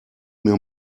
mir